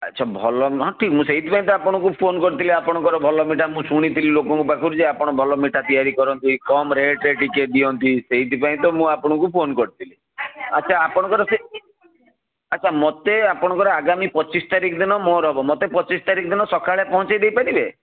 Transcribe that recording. ଆଚ୍ଛା ଭଲ ନୁହଁ ଟି ମୁଁ ସେଇଥିପାଇଁ ତ ଆପଣଙ୍କୁ ଫୋନ୍ କରିଥିଲି ଆପଣଙ୍କର ଭଲ ମିଠା ମୁଁ ଶୁଣିଥିଲି ଲୋକଙ୍କ ପାଖରୁ ଯେ ଆପଣ ଭଲ ମିଠା ତିଆରି କରନ୍ତି କମ୍ ରେଟ୍ରେ ଟିକିଏ ଦିଅନ୍ତି ସେଇଥିପାଇଁ ତ ମୁଁ ଆପଣଙ୍କୁ ଫୋନ୍ କରିଥିଲି ଆଚ୍ଛା ଆପଣଙ୍କର ସେଇ ଆଚ୍ଛା ମୋତେ ଆପଣଙ୍କର ଆଗାମୀ ପଚିଶ୍ ତାରିଖ ଦିନ ମୋର ହେବ ମୋତେ ପଚିଶ୍ ତାରିଖ ଦିନ ସକାଳେ ପହଁଞ୍ଚେଇ ଦେଇପାରିବେ